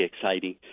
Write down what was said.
exciting